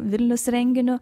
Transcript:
vilnius renginiu